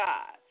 God